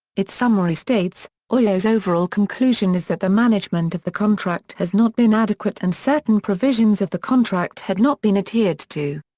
its summary states oios' overall conclusion is that the management of the contract has not been adequate and certain provisions of the contract had not been adhered to.